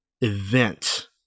event